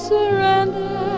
surrender